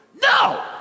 No